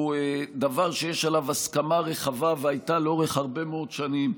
הוא דבר שיש עליו הסכמה רחבה והייתה לאורך הרבה מאוד שנים,